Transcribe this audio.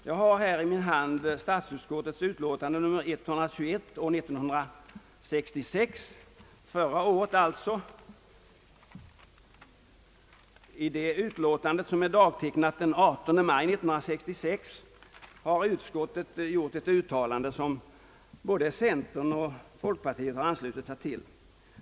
Jag har i min hand statsutskottets utlåtande nr 121 år 1966 som visar att så varit fallet. I detta utlåtande, som är dagtecknat den 18 maj 1966, gör utskottet ett uttalande som både centerpartiet och folkpartiet har anslutit sig till.